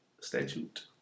Statute